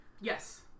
Yes